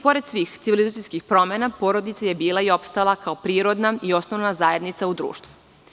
Pored svih civilizacijskih promena porodica je bila i opstala kao prirodna i osnovna zajednica u društvu.